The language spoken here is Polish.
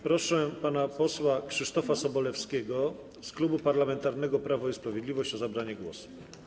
Proszę pana posła Krzysztofa Sobolewskiego z Klubu Parlamentarnego Prawo i Sprawiedliwość o zabranie głosu.